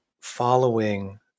following